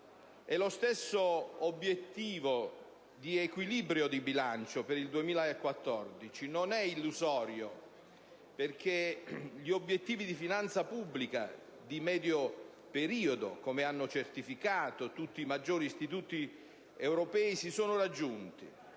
Lo stesso obiettivo di equilibrio di bilancio per il 2014 non è illusorio, perché gli obiettivi di finanza pubblica di medio periodo, come hanno certificato tutti i maggiori istituti europei, si sono raggiunti,